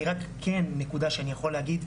אבל כן נקודה שאני יכול להגיד,